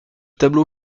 tableau